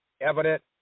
evident